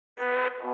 at